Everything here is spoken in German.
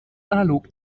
analog